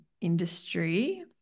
industry